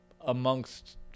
amongst